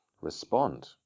respond